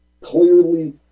clearly